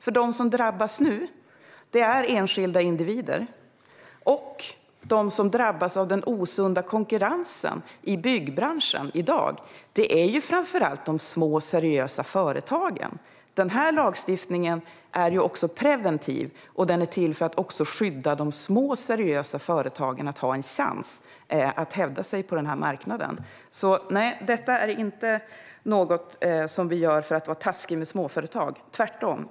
De som nu drabbas är enskilda individer. De som drabbas av den osunda konkurrensen i byggbranschen i dag är framför allt de små seriösa företagen. Den här lagstiftningen är också preventiv och till för att också skydda de små seriösa företagen så att de har en chans att hävda sig på marknaden. Nej, detta är inte något som vi gör för att vara taskiga mot småföretag, tvärtom.